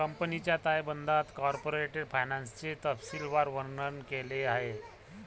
कंपनीच्या ताळेबंदात कॉर्पोरेट फायनान्सचे तपशीलवार वर्णन केले आहे